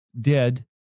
dead